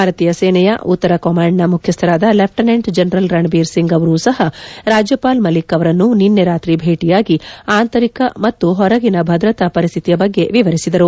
ಭಾರತೀಯ ಸೇನೆಯ ಉತ್ತರ ಕಮಾಂಡ್ನ ಮುಖ್ಯಸ್ದರಾದ ಲೆಫ್ಟಿನೆಂಟ್ ಜನರಲ್ ರಣಬೀರ್ ಸಿಂಗ್ ಅವರೂ ಸಹ ರಾಜ್ಯಪಾಲ್ ಮಲ್ಲಿಕ್ಅವರನ್ನು ನಿನ್ನೆ ರಾತ್ರಿ ಭೇಟಿಯಾಗಿ ಆಂತರಿಕ ಮತ್ತು ಹೊರಗಿನ ಭದ್ರತಾ ಪರಿಸ್ವಿತಿಯ ಬಗ್ಗೆ ವಿವರಿಸಿದರು